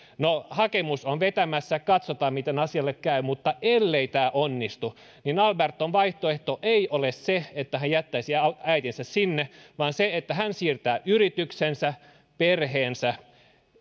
hakemus on vetämässä katsotaan miten asialle käy mutta ellei tämä onnistu alberton vaihtoehto ei ole se että hän jättäisi äitinsä sinne vaan se että hän siirtää yrityksensä ja perheensä